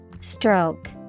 Stroke